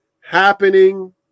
happening